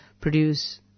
produce